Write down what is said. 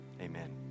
Amen